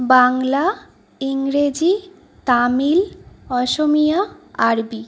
বাংলা ইংরেজি তামিল অসমিয়া আরবি